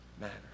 matters